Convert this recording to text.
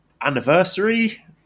anniversary